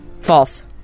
False